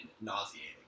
nauseating